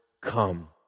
come